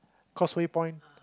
Causeway-Point